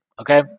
Okay